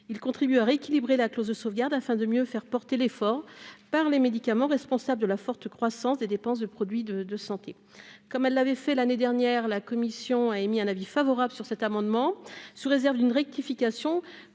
il contribue à rééquilibrer la clause de sauvegarde afin de mieux faire porter l'effort par les médicaments, responsable de la forte croissance des dépenses de produits de de santé comme elle l'avait fait l'année dernière, la commission a émis un avis favorable sur cet amendement, sous réserve d'une rectification